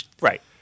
right